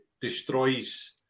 destroys